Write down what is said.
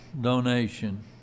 donation